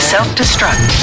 Self-destruct